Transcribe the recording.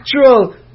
actual